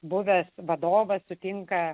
buvęs vadovas sutinka